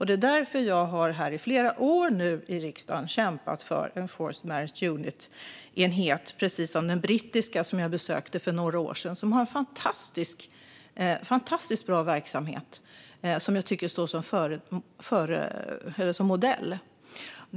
Det är därför jag nu i flera år har kämpat här i riksdagen för en forced marriage unit som den brittiska. Jag besökte den för några år sedan, och den har en fantastiskt bra verksamhet som jag tycker kan stå som modell.